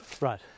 Right